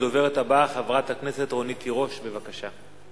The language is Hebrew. הדוברת הבאה, חברת הכנסת רונית תירוש, בבקשה.